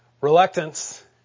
reluctance